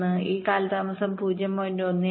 1 ഈ കാലതാമസം 0